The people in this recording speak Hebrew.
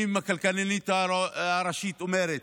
אם הכלכלנית הראשית אומרת